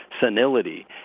senility